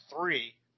three